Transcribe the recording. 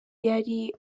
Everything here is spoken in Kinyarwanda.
yari